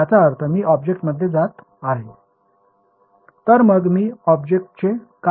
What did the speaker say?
याचा अर्थ मी ऑब्जेक्टमध्ये जात आहे तर मग मी ऑब्जेक्टचे काय केले